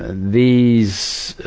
these, ah,